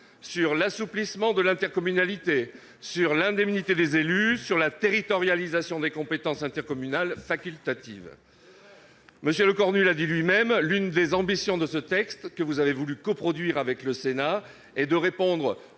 », l'assouplissement de l'intercommunalité, les indemnités des élus ou encore la territorialisation des compétences intercommunales facultatives. M. Lecornu l'a dit lui-même : l'une des ambitions de ce texte, que vous avez voulu coproduire avec le Sénat, est de répondre